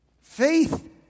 Faith